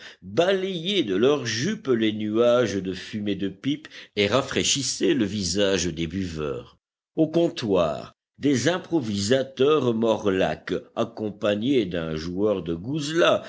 balayaient de leurs jupes les nuages de fumée de pipe et rafraîchissaient le visage des buveurs au comptoir des improvisateurs morlaques accompagnés d'un joueur de